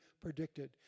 predicted